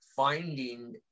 finding